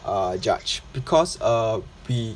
uh judge because uh we